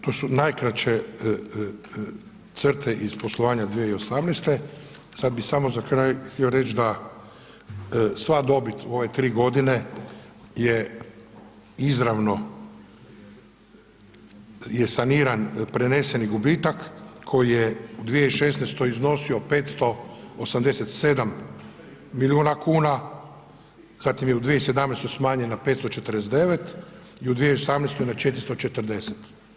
To su najkraće crte iz poslovanja 2018., sad bi samo za kraj htio reći da sva dobit u ove tri godine je izravno, je saniran preneseni gubitak koji je u 2016. iznosio 587 milijuna kuna, zatim je u 2017. smanjen na 549 i u 2018. na 440.